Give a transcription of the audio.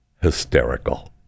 hysterical